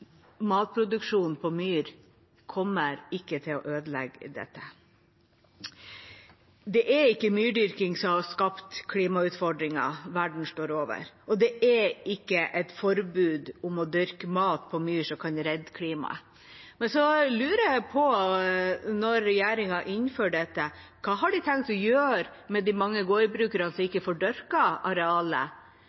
matproduksjon på myr kommer ikke til å ødelegge dette. Det er ikke myrdyrking som har skapt klimautfordringene verden står overfor, og det er ikke et forbud mot å dyrke mat på myr som kan redde klimaet. Så lurer jeg på: Når regjeringen innfører dette, hva har de tenkt å gjøre med de mange gårdbrukerne som ikke